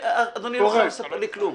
אדוני לא חייב לספר לי כלום.